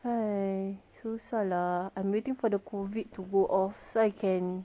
!hais! susah lah I'm waiting for the COVID to go off so I can